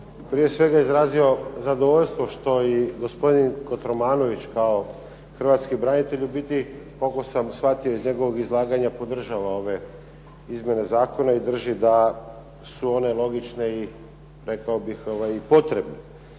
prije svega izrazio zadovoljstvo što i gospodin Kotromanović kao hrvatski branitelj, međutim koliko sam shvatio iz njegovog izlaganja podržava ove izmjene zakona i da su one logične i rekao